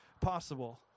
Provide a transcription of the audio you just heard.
possible